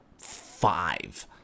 five